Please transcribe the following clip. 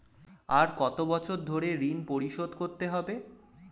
আর কত বছর ধরে ঋণ পরিশোধ করতে হবে?